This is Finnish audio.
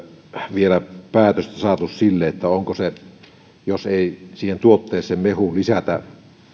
päätöstä saatu sille että jos ei siihen tuotteeseen mehuun lisätä